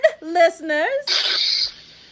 listeners